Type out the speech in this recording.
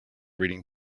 reading